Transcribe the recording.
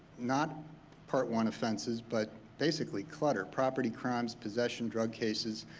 not part one offenses, but basically clutter property crimes, possession drug cases,